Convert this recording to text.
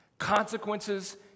consequences